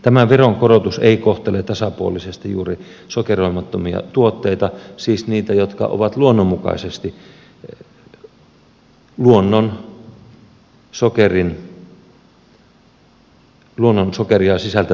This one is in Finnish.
tämä veronkorotus ei kohtele tasapuolisesti juuri sokeroimattomia tuotteita siis niitä jotka ovat luonnonmukaisesti luonnonsokeria sisältäviä tuotteita